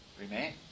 Remain